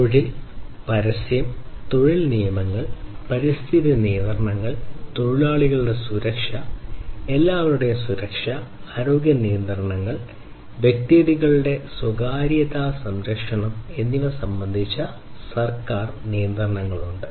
തൊഴിൽ പരസ്യം തൊഴിൽ നിയമങ്ങൾ പാരിസ്ഥിതിക നിയന്ത്രണങ്ങൾ തൊഴിലാളികളുടെ സുരക്ഷ എല്ലാവരുടെയും സുരക്ഷ ആരോഗ്യ നിയന്ത്രണങ്ങൾ വ്യക്തികളുടെ സ്വകാര്യത സംരക്ഷണം എന്നിവ സംബന്ധിച്ച സർക്കാർ നിയന്ത്രണങ്ങളുണ്ട്